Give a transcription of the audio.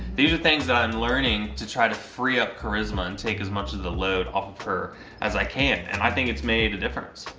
these are things i'm learning to try to free up charisma and take as much of the load off of her as i can. and i think it's made a difference.